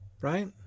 right